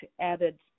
added